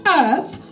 earth